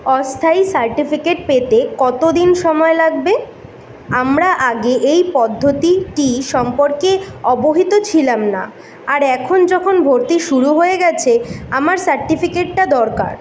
অস্থায়ী সার্টিফিকেট পেতে কত দিন সময় লাগবে আমরা আগে এই পদ্ধতিটি সম্পর্কে অবহিত ছিলাম না আর এখন যখন ভর্তি শুরু হয়ে গিয়েছে আমার সার্টিফিকেটটা দরকার